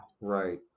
right